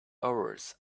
hours